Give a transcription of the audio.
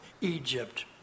Egypt